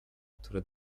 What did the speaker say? które